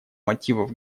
мотивов